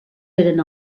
eren